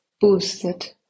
boosted